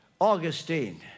Augustine